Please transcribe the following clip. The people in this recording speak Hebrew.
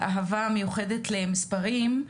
אהבה מיוחדת למספרים.